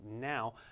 now